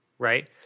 Right